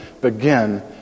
begin